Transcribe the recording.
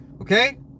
Okay